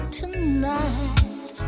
tonight